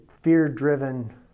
fear-driven